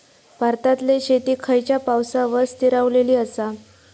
भारतातले शेती खयच्या पावसावर स्थिरावलेली आसा?